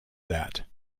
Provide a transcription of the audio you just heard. that